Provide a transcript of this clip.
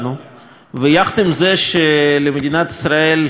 ויחד עם זה שלמדינת ישראל, לצערי,